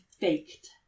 faked